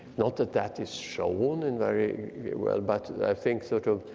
not that that is shown and very well but i think sort of,